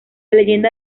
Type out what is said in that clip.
leyenda